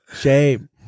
Shame